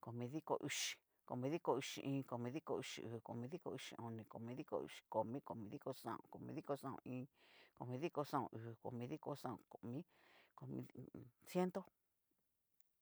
komidiko uxi, komidiko uxi iin, komidiko uxii uu, komidiko uxi oni, konidiko uxi komi, komidiko xaon, komidiko xaon iin, komidiko xaon uu, komidiko xaon komi, komi ho o on. ciento.